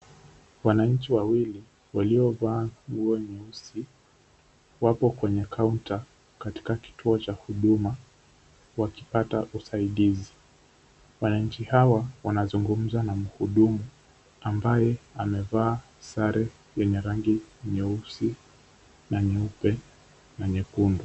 Wananchi wawili, waliovaa nguo nyeusi, wapo kwenye counter katika kituo cha huduma wakipaka usaidizi. Wananchi hawa wanazungumza na mhudumu amabaye amevaa sare yenye rangi, nyeusi na nyeupe na nyekundu.